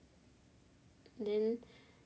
then